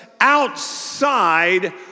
outside